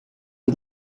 die